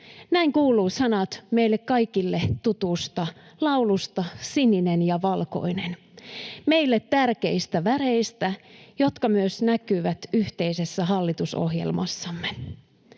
Näin kuuluu sanat meille kaikille tutussa laulussa Sininen ja valkoinen — meille tärkeistä väreistä, jotka myös näkyvät yhteisessä hallitusohjelmassamme.